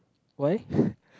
why